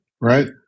right